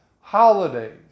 holidays